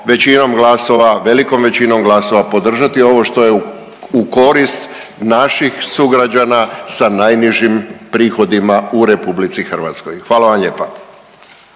većinom glasova, velikom većinom glasova podržati ovo što je u korist naših sugrađana sa najnižim prihodima u Republici Hrvatskoj. Hvala vam lijepa.